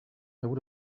would